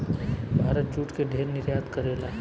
Bharat jute के ढेर निर्यात करेला